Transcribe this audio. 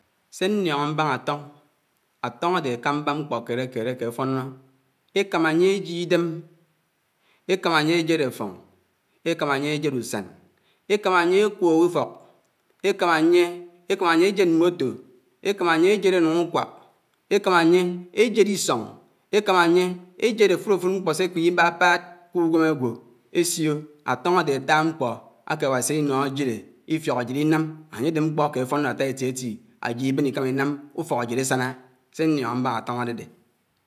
Se ñnitño mbũño átoñ átoñ ádé ákámbá mkpó erékéré ké amfónó, èkámá ányé ésié ídém, ékámá ányé éséd áfóñ, ékámá ányé éjéd ùsán, ékámá ányé ékwòk ùfók, ékámá ányé, ékámá ányé éjéd ísón, ékámá ányé éjéd áfùròfùd mkpó sékímí bábá k’ùwèm ágwò ésiò. Átóñ ádé áttá mkpó áké Áwásì ínóhò jíré ítíék ásíd ínám áyédé mkpó áké fónó átá étìétì, átid ìbén íkáumá ínám úfók ájid ásáná sé ñníoñó mbáñá átòñ ádédé.